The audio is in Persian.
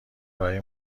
برای